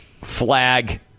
Flag